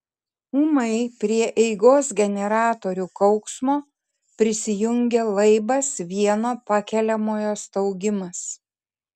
ūmai prie eigos generatorių kauksmo prisijungė laibas vieno pakeliamojo staugimas